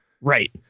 Right